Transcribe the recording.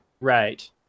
right